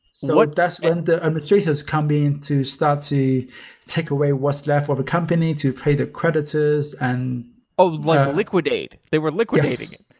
so ah that's when the administration has come in to start to take away what's left of the company to pay the creditors and oh, like liquidate. they were liquidating it.